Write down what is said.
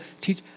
Teach